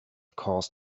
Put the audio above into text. caused